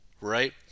right